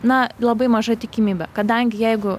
na labai maža tikimybė kadangi jeigu